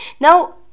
now